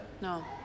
No